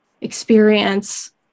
experience